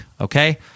okay